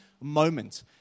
moment